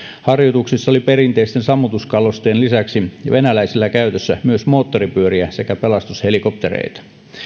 harjoituksissa oli perinteisten sammutuskalusteiden lisäksi venäläisillä käytössä myös moottoripyöriä sekä pelastushelikoptereita